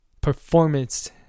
performance